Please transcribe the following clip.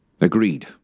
Agreed